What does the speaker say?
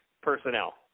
personnel